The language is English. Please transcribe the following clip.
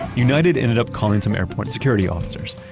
united ended up calling some airport security officers.